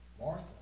Martha